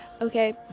okay